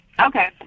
okay